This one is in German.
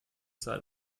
seil